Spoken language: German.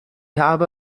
habe